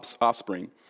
offspring